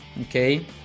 okay